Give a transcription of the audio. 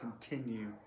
continue